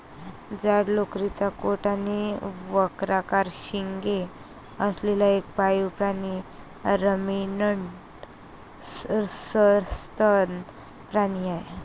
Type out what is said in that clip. जाड लोकरीचा कोट आणि वक्राकार शिंगे असलेला एक पाळीव प्राणी रमिनंट सस्तन प्राणी आहे